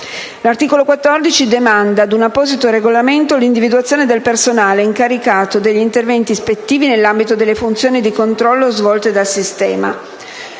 L'articolo 14 demanda ad un apposito regolamento l'individuazione del personale incaricato degli interventi ispettivi nell'ambito delle funzioni di controllo svolte dal Sistema,